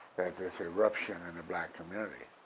this eruption in the black community.